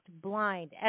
blind